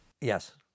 Yes